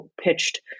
pitched